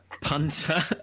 punter